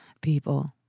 people